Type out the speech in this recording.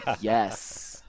Yes